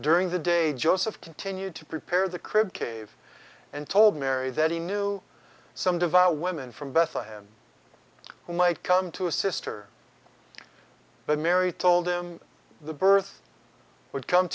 during the day joseph continued to prepare the crypt cave and told mary that he knew some devout women from bethlehem who might come to a sister but mary told him the birth would come